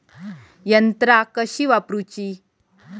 यंत्रा कशी वापरूची?